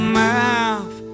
mouth